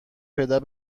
پدر